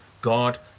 God